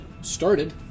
started